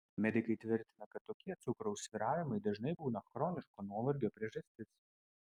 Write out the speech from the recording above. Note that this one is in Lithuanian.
medikai tvirtina kad tokie cukraus svyravimai dažnai būna chroniško nuovargio priežastis